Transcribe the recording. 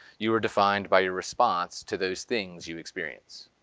you are defined by your response to those things you experienced.